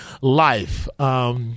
life